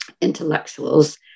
intellectuals